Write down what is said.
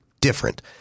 different